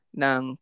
ng